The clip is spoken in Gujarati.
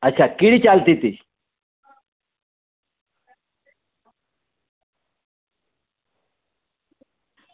અચ્છા કીડી ચાલતી હતી